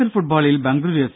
L ഫുട്ബോളിൽ Bengaluru F